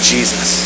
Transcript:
Jesus